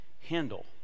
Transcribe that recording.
handle